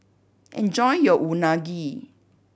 enjoy your Unagi